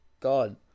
god